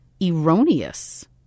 erroneous